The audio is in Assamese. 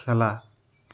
খেলা